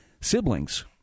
siblings